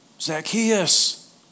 Zacchaeus